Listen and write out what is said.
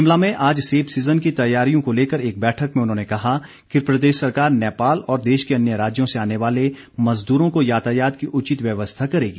शिमला में आज सेब सीजन की तैयारियों को लेकर एक बैठक में उन्होंने कहा कि प्रदेश सरकार नेपाल और देश के अन्य राज्यों से आने वाले मजदूरों को यातायात की उचित व्यवस्था करेगी